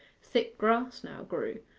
thick grass now grew,